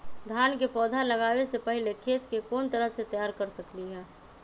धान के पौधा लगाबे से पहिले खेत के कोन तरह से तैयार कर सकली ह?